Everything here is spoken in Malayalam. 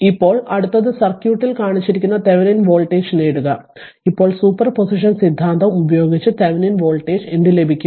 ഇപ്പോൾ അടുത്തത് സർക്യൂട്ടിൽ കാണിച്ചിരിക്കുന്ന തെവെനിൻ വോൾട്ടേജ് നേടുക ഇപ്പോൾ സൂപ്പർ പൊസിഷൻ സിദ്ധാന്തം ഉപയോഗിച്ച് തെവെനിൻ വോൾട്ടേജ് എന്ത് ലഭിക്കും